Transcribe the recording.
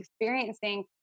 experiencing